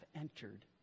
entered